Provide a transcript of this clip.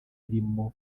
zirimo